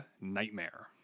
nightmare